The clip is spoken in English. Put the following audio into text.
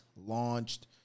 launched